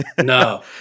no